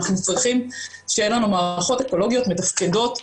אנחנו צריכים שיהיו לנו מערכות אקולוגיות מתפקדות,